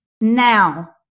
now